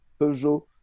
Peugeot